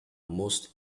most